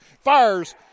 fires